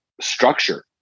structure